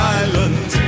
island